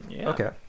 okay